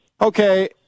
Okay